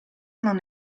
non